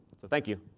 so thank you.